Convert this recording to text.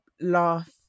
laugh